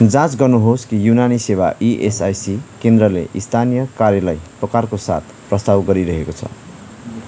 जाँच गर्नुहोस् कि युनानी सेवा इएसआइसी केन्द्रले स्थानीय कार्यालय प्रकारको साथ प्रस्ताव गरिरहेको छ